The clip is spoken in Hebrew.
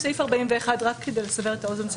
רק כדי לסבר את האוזן,